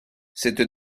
cette